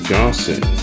Johnson